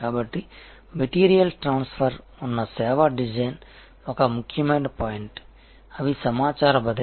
కాబట్టి material transfer ఉన్న సేవా డిజైన్ ఒక ముఖ్యమైన పాయింట్ అవి సమాచార బదిలీ